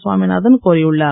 சுவாமிநாதன் கோரியுள்ளார்